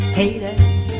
haters